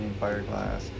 Fireglass